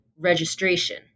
registration